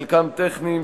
חלקם טכניים,